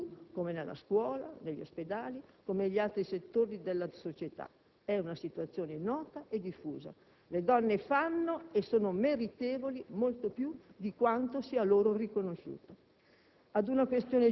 Ci sono nella tv, come nella scuola, negli ospedali e negli altri settori della società. È una situazione nota e diffusa: le donne fanno e sono meritevoli molto più di quanto sia loro riconosciuto.